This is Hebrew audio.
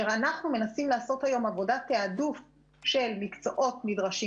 אנחנו מנסים לעשות היום עבודת תעדוף של מקצועות נדרשים